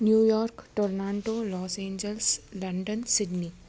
New York Toronto los angels London Sydney